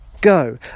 go